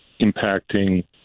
impacting